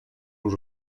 los